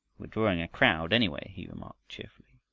we're drawing a crowd, anyway, he remarked cheerfully,